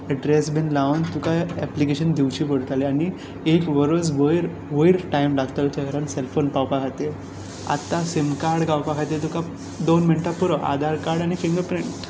address बीन लावून तुका एप्लीकेशन दिवचें पडटालें आनी एक वर्स वयर टायम लागतालो सेल फोन पावपा खातीर आतां सीम कार्ड पावपा खातीर तुका दोन मिनटां पुरो आधार कार्ड आनी फिंगर प्रिंट